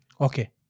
Okay